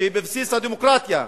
שבבסיס הדמוקרטיה.